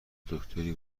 دکتری